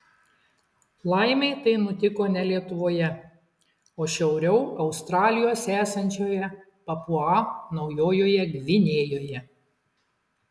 laimei tai nutiko ne lietuvoje o šiauriau australijos esančioje papua naujojoje gvinėjoje